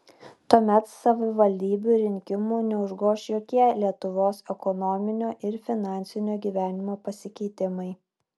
tuomet savivaldybių rinkimų neužgoš jokie lietuvos ekonominio ir finansinio gyvenimo pasikeitimai